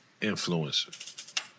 influencer